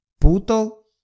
puto